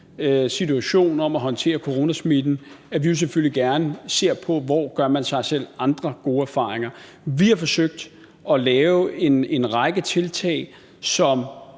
situation om at håndtere coronasmitten, vi jo selvfølgelig gerne ser på, altså hvor man gør sig andre gode erfaringer. Vi har forsøgt at lave en række tiltag, som